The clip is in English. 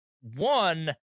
One